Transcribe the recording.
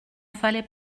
fallait